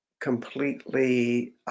completely